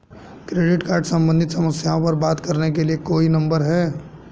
Credit card सम्बंधित समस्याओं पर बात करने के लिए कोई नंबर है?